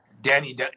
danny